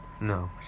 No